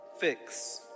fix